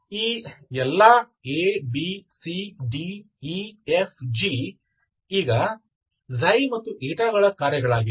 ಈ ಎಲ್ಲಾ A B C D E F G ಈಗ ಮತ್ತು ಗಳ ಕಾರ್ಯಗಳಾಗಿವೆ